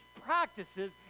practices